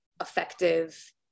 effective